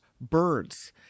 birds